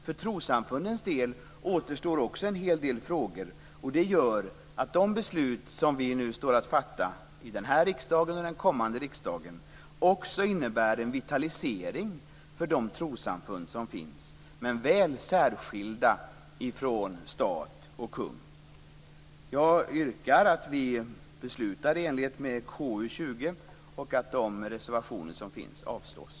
För trossamfundens del återstår också en hel del frågor, och det gör att de beslut som vi nu står inför att fatta i den här riksdagen och som den kommande riksdagen kommer att fatta innebär en vitalisering för de trossamfund som finns, men väl särskilda från stat och kung. Jag yrkar att vi beslutar i enlighet med KU20 och att de reservationer som finns avslås.